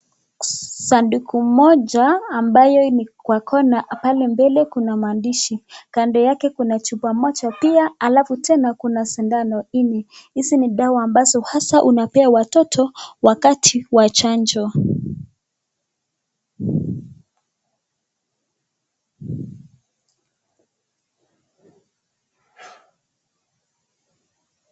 Sanduku moja ambayo ni kwa kona, pale mbele kuna maandishi. Kando yake kuna chupa moja pia, alafu tena kuna sindano nne. Hizi ni dawa ambazo hasa unapewa watoto wakati wa chanjo.